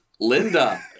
Linda